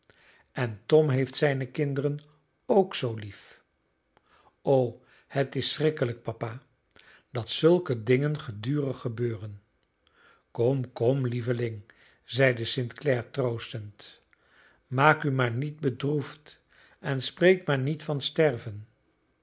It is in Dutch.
en tom heeft zijne kinderen ook zoo lief o het is schrikkelijk papa dat zulke dingen gedurig gebeuren kom kom lieveling zeide st clare troostend maak u maar niet bedroefd en spreek maar niet van sterven